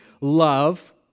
love